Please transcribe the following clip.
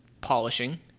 polishing